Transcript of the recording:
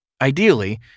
Ideally